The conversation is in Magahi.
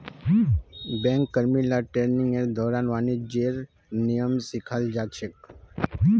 बैंक कर्मि ला ट्रेनिंगेर दौरान वाणिज्येर नियम सिखाल जा छेक